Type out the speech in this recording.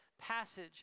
passage